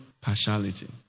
partiality